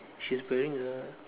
she is wearing a